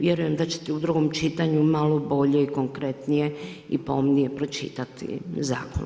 Vjerujem da ćete u drugom čitanju malo bolje i konkretnije i pomnije pročitati zakon.